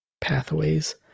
pathways